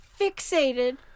fixated